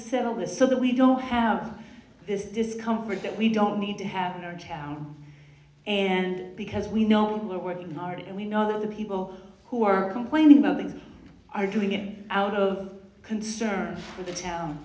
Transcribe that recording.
settle this so that we don't have this discomfort that we don't need to have their town and because we know we're working hard and we know that the people who are complaining about things are doing it out of concern for the town